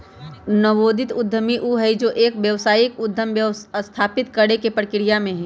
नवोदित उद्यमी ऊ हई जो एक व्यावसायिक उद्यम स्थापित करे के प्रक्रिया में हई